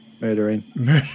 Murdering